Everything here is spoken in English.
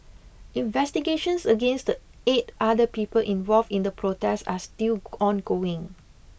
investigations against the eight other people involved in the protest are still ongoing